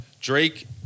Drake